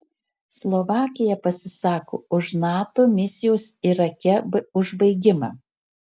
slovakija pasisako už nato misijos irake užbaigimą